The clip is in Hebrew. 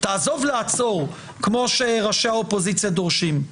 תעזוב לעצור כמו שראשי האופוזיציה דורשים,